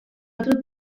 otro